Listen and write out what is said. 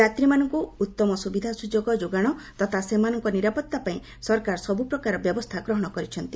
ଯାତ୍ରୀମାନଙ୍କୁ ଉତ୍ତମ ସୁବିଧା ସୁଯୋଗ ଯୋଗାଣ ତଥା ସେମାନଙ୍କ ନିରାପତ୍ତା ପାଇଁ ସରକାର ସବୁ ପ୍ରକାର ବ୍ୟବସ୍ଥା ଗ୍ରହଣ କରିଛନ୍ତି